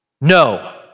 No